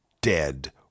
dead